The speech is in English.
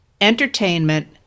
entertainment